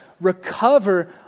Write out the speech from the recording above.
recover